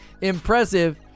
impressive